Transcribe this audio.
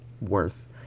worth